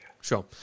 Sure